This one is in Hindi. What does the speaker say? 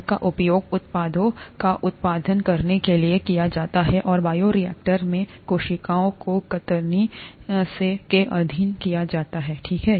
उनका उपयोग उत्पादों का उत्पादन करने के लिए किया जाता है और बायोरिएक्टर में कोशिकाओं को कतरनी के अधीन किया जाता है ठीक है